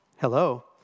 Hello